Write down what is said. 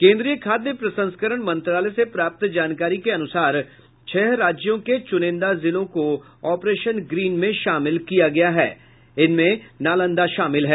केन्द्रीय खाद्य प्रसंस्करण मंत्रालय से प्राप्त जानकारी के अनुसार छह राज्यों के चूनिंदा जिलों को ऑपरेशन ग्रीन में शामिल किया गया है जिसमें नालंदा शामिल है